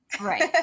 Right